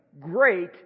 Great